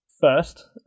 first